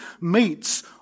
meets